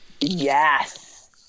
Yes